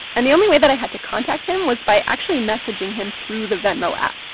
and the only way that i had to contact him was by actually messaging him through the venmo app.